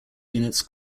units